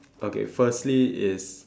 okay firstly is